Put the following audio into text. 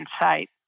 insight